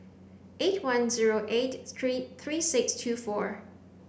eight one zero eight three six two four